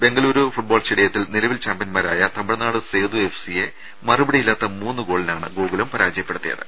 Bengaluru football സ്റ്റേഡിയത്തിൽ നിലവിൽ ചാമ്പ്യ ന്മാരായ തമിഴ്നാട് സേതു എഫ് സിയെ മറുപടിയില്ലാത്ത മൂന്നു ഗോളി നാണ് ഗോകുലം പരാജയപ്പെടുത്തിയത്